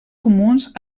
comuns